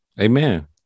Amen